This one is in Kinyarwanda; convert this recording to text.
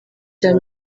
cya